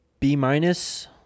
B-minus